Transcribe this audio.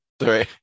Sorry